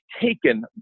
taken